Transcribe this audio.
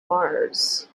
mars